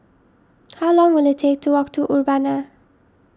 how long will it take to walk to Urbana